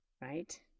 Right